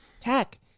tech